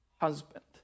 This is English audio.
husband